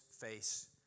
face